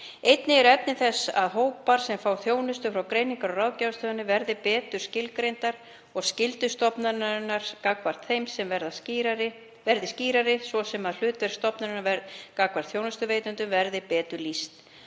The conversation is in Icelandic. Einnig er efni þess að hópar sem fá þjónustu frá Greiningar- og ráðgjafarstöðinni verði betur skilgreindir og skyldur stofnunarinnar gagnvart þeim verði skýrari sem og að hlutverki stofnunarinnar gagnvart þjónustuveitendum verði betur lýst.